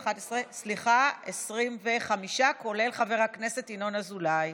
סליחה, 25, כולל חבר הכנסת ינון אזולאי,